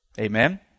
Amen